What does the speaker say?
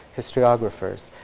historiographers,